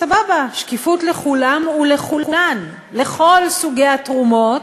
סבבה, שקיפות לכולם ולכולן, לכל סוגי התרומות,